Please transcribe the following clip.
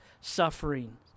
suffering